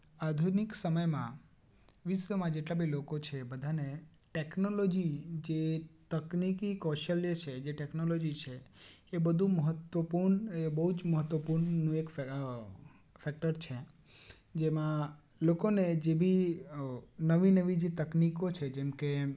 આધુનિક સમયમાં વિશ્વમાં જેટલા બી લોકો છે બધાને ટેકનોલોજી જે તકનીકી કૌશલ્ય છે જે ટેકનોલોજી છે એ બધુ મહત્વપૂર્ણ એ બહુ જ મહત્વપૂર્ણ એક ફેક ફેક્ટર છે જેમાં લોકોને જે બી નવી નવી જે તકનિકો છે જેમકે